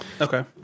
Okay